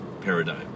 paradigm